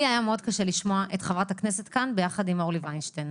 לי היה מאוד קשה לשמוע את חברת הכנסת כאן יחד עם אורלי וינשטיין.